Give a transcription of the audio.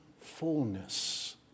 fullness